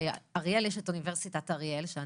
באריאל יש את אוניברסיטת אריאל שהיא